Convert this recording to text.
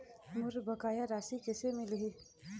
मोर बकाया राशि कैसे मिलही?